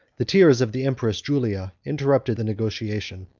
the tears of the empress julia interrupted the negotiation,